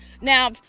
Now